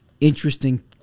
interesting